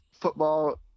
football